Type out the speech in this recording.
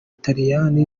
butaliyani